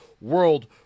world